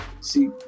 See